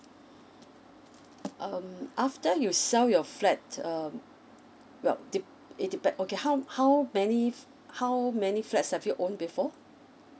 um after you sell your flat um well dep~ it depend okay how how many how many flats have you own before